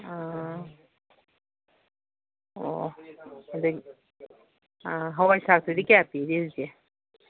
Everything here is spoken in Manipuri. ꯑꯣ ꯑꯣ ꯑꯗꯒꯤ ꯑꯥ ꯍꯥꯋꯥꯏ ꯊ꯭ꯔꯥꯛꯇꯨꯗꯤ ꯀꯌꯥ ꯄꯤꯒꯦ ꯍꯧꯖꯤꯛ